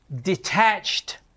detached